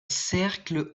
cercle